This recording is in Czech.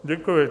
Děkuji.